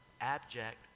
abject